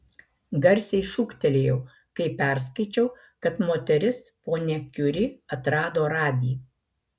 garsiai šūktelėjau kai perskaičiau kad moteris ponia kiuri atrado radį